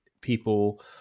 people